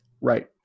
Right